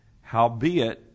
Howbeit